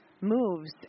moves